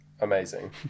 Amazing